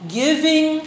giving